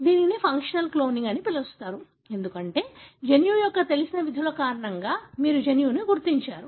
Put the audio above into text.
దీనిని functional cloning అని పిలుస్తారు ఎందుకంటే జన్యువు యొక్క తెలిసిన విధుల కారణంగా మీరు జన్యువును గుర్తించారు